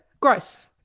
gross